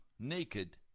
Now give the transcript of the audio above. naked